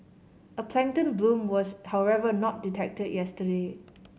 a plankton bloom was however not detected yesterday